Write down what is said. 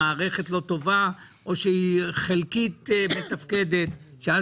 המערכת לא טובה או שהיא חלקית מתפקדת כאשר